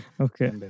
Okay